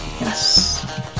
Yes